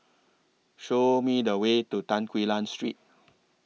Show Me The Way to Tan Quee Lan Street